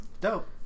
dope